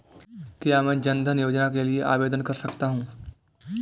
क्या मैं जन धन योजना के लिए आवेदन कर सकता हूँ?